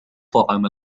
طعام